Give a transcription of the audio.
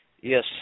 Yes